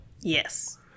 Yes